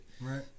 right